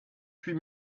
huit